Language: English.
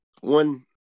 one